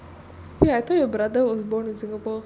wait I thought you brother was born in singapore